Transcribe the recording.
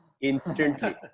instantly